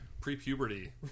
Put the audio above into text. Pre-puberty